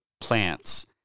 plants